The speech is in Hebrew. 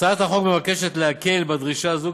מוצע בהצעת החוק להקל בדרישה זו,